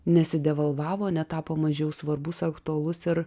nesidevalvavo netapo mažiau svarbus aktualus ir